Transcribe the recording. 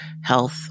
health